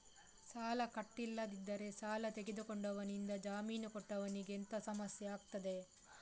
ಸಾಲ ಕಟ್ಟಿಲ್ಲದಿದ್ದರೆ ಸಾಲ ತೆಗೆದುಕೊಂಡವನಿಂದ ಜಾಮೀನು ಕೊಟ್ಟವನಿಗೆ ಎಂತ ಸಮಸ್ಯೆ ಆಗ್ತದೆ?